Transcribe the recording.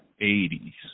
80s